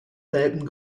welpen